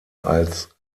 als